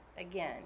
again